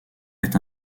est